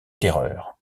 terreur